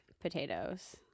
potatoes